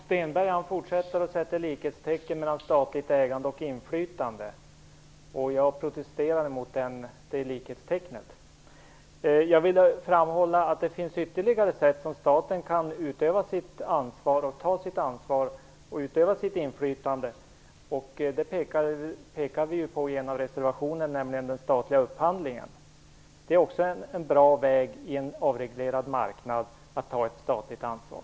Fru talman! Hans Stenberg fortsätter med att sätta likhetstecken mellan statligt ägande och inflytande. Jag protesterar mot det. Jag vill framhålla att det finns andra sätt för staten att ta sitt ansvar och utöva sitt inflytande, och det pekar vi på i den ena reservationen, nämligen den statliga upphandlingen; det är också en bra väg att ta ett statligt ansvar på en avreglerad marknad.